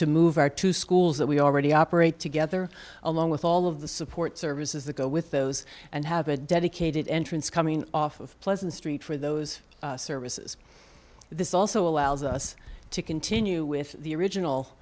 to move our two schools that we already operate together along with all of the support services that go with those and have a dedicated entrance coming off of pleasant street for those services this also allows us to continue with the original